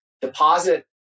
deposit